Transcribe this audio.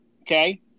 okay